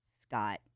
Scott